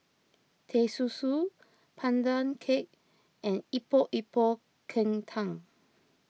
Teh Susu Pandan Cake and Epok Epok Kentang